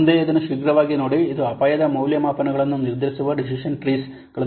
ಮುಂದೆ ಇದನ್ನು ಶೀಘ್ರವಾಗಿ ನೋಡಿ ಇದು ಅಪಾಯದ ಮೌಲ್ಯಮಾಪನಗಳನ್ನು ನಿರ್ಧರಿಸುವ ಡಿಸಿಷನ್ ಟ್ರೀಸ್ಗಳನ್ನು ಬಳಸುತ್ತಿದೆ